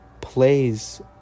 Plays